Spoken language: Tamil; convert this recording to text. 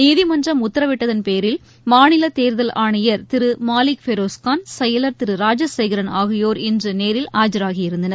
நீதிமன்றம் உத்தரவிட்டதன் பேரில் மாநில தேர்தல் ஆணையர் திரு மாலிக் பெரோஸ்கான் செயலர் திரு ராஜசேகரன் ஆகியோர் இன்று நேரில் ஆஜராகியிருந்தனர்